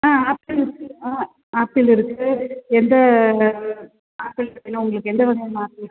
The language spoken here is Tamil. ஆ ஆப்பிள் இருக்குது ஆ ஆப்பிள் இருக்குது எந்த ஆப்பிள் இருக்குதுங்க உங்களுக்கு எந்த வகையான ஆப்பிள்